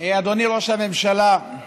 אדוני ראש הממשלה,